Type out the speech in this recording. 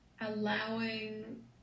allowing